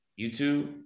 YouTube